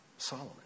Solomon